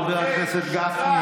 חבר הכנסת גפני,